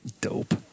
Dope